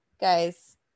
guys